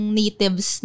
natives